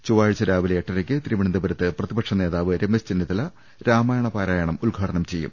ചൊവ്വാഴ്ച രാവിലെ എട്ടരയ്ക്ക് തിരുവനന്തപുരത്ത് പ്രതിപക്ഷ നേതാവ് രമേശ് ചെന്നിത്തല രാമായണ പാരായണം ഉദ്ഘാടനം ചെയ്യും